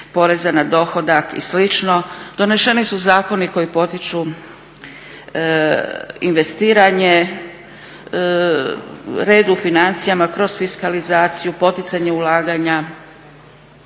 poreza na dohodak i slično, doneseni su zakoni koji potiču investiranje, red u financijama kroz fiskalizaciju, poticanje ulaganja,